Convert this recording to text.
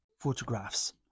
Photographs